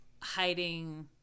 hiding